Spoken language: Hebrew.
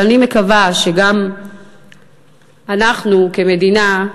אבל אני מקווה שגם אנחנו כמדינה,